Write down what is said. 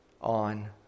on